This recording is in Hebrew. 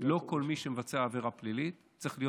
לא כל מי שמבצע עבירה פלילית צריך להיות